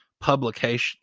publication